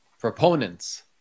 proponents